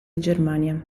germania